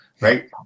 Right